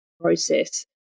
process